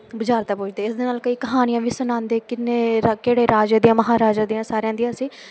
ਬੁਝਾਰਤਾਂ ਬੁੱਝਦੇ ਇਸ ਦੇ ਨਾਲ ਕਈ ਕਹਾਣੀਆਂ ਵੀ ਸੁਣਾਉਂਦੇ ਕਿੰਨੇ ਰਾ ਕਿਹੜੇ ਰਾਜੇ ਦੀਆਂ ਮਹਾਰਾਜਾ ਦੀਆਂ ਸਾਰਿਆਂ ਦੀਆਂ ਅਸੀਂ